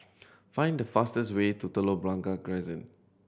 find the fastest way to Telok Blangah Crescent